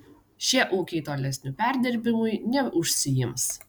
šie ūkiai tolesniu perdirbimui neužsiims